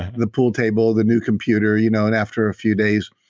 the pool table, the new computer, you know and after a few days.